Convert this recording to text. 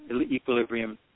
equilibrium